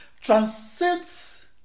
transcends